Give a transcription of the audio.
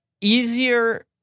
easier